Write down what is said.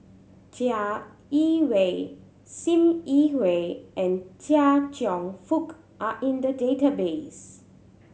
Chai Yee Wei Sim Yi Hui and Chia Cheong Fook are in the database